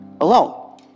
alone